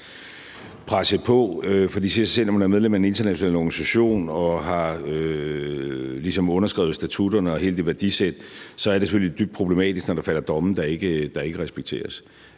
Parlamentariske Forsamling. Når man er medlem af en international organisation og ligesom har underskrevet statutterne og hele det værdisæt, er det selvfølgelig dybt problematisk, når der falder domme, der ikke respekteres;